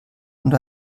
und